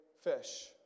fish